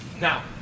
now